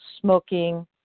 smoking